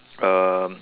um